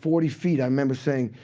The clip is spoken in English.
forty feet. i remember saying,